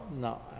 No